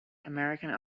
american